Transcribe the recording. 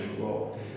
role